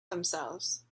themselves